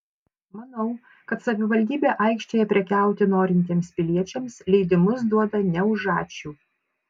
manau kad savivaldybė aikštėje prekiauti norintiems piliečiams leidimus duoda ne už ačiū